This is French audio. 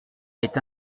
est